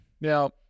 now